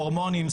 הורמונים,